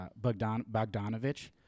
Bogdanovich